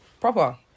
Proper